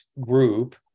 group